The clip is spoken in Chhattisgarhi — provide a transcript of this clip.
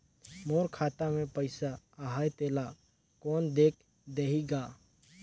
मोर खाता मे पइसा आहाय तेला कोन देख देही गा?